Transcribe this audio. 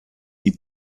die